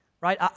right